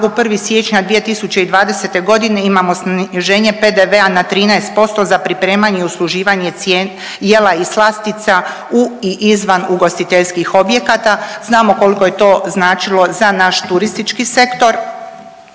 1. siječnja 2020. godine imamo sniženje PDV-a na 13% za pripremanje i usluživanje jela i slastica u i izvan ugostiteljskih objekata. Znamo koliko je to značilo za naš turistički sektor.